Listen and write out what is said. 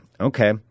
Okay